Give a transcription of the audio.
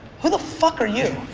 who the fuck are you?